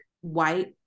white